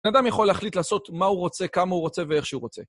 אדם יכול להחליט לעשות מה הוא רוצה, כמה הוא רוצה ואיך שהוא רוצה.